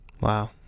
Wow